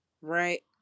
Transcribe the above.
Right